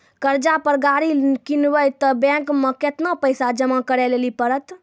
कर्जा पर गाड़ी किनबै तऽ बैंक मे केतना पैसा जमा करे लेली पड़त?